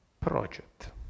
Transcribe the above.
project